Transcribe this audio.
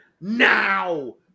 now